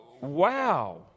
wow